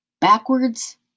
backwards